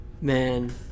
man